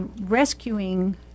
rescuing